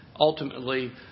ultimately